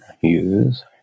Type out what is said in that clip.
use